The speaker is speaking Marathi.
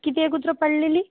किती आहे कुत्रं पाळलेली